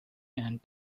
and